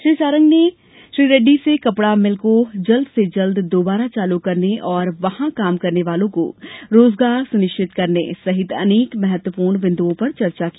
श्री सारंग ने श्री रेड्डी से कपड़ा मिल को जल्द से जल्द दोबारा चालू करने और वहां काम करने वालों को रोजगार सुनिश्चित करने सहित अनेक महत्वपूर्ण बिन्दुओं पर चर्चा की